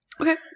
Okay